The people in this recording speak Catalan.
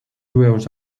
jueus